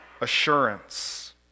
assurance